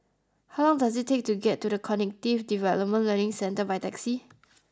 how long does it take to get to The Cognitive Development Learning Centre by taxi